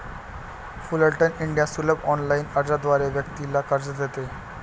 Fullerton India सुलभ online अर्जाद्वारे व्यक्तीला कर्ज देते